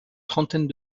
trentaine